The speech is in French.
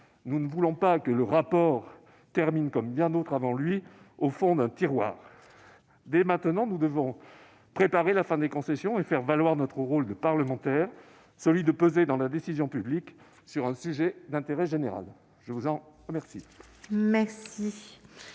Nous ne voulons pas que notre rapport termine, comme bien d'autres avant lui, au fond d'un tiroir. Dès maintenant, nous devons préparer la fin des concessions et faire valoir notre rôle de parlementaires, qui consiste à peser dans la décision publique sur un sujet d'intérêt général. La parole est à M.